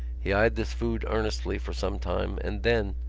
he eyed this food earnestly for some time and then,